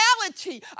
reality